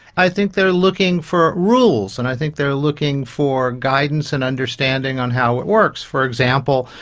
i think they are looking for rules, and i think they are looking for guidance and understanding on how it works. for example,